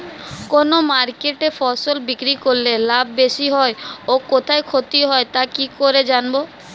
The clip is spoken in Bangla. কোন মার্কেটে ফসল বিক্রি করলে লাভ বেশি হয় ও কোথায় ক্ষতি হয় তা কি করে জানবো?